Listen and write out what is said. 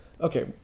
Okay